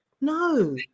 No